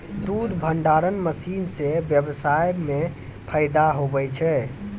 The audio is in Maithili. दुध भंडारण मशीन से व्यबसाय मे फैदा हुवै छै